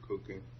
cooking